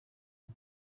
ubu